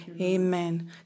Amen